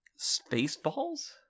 Spaceballs